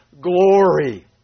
Glory